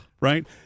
Right